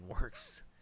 works